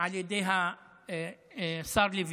על ידי השר לוין.